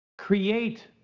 create